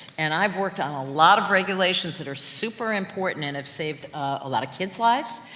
and i've worked on a lot of regulations, that are super important, and i've saved a lot of kids' lives.